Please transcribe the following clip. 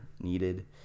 needed